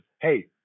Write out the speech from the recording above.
hey